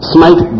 Smite